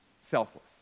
Selfless